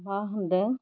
मा होनदों